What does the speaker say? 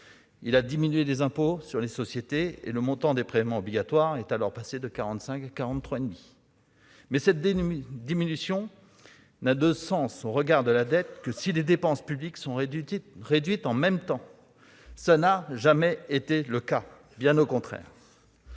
il a diminué les impôts sur les sociétés, et le montant des prélèvements obligatoires est alors passé de 45 % à 43,5 %. Mais cette diminution n'a de sens au regard de la dette que si les dépenses publiques baissent dans le même temps. Or cela n'a jamais été le cas, bien au contraire